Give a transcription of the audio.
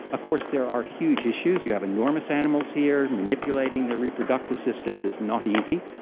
course there are huge issues. you have enormous animals here, manipulating their reproductive systems is not easy.